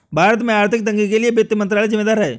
भारत में आर्थिक तंगी के लिए वित्त मंत्रालय ज़िम्मेदार है